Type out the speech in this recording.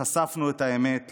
חשפנו את האמת.